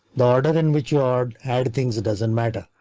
the order in which you are had things. it doesn't matter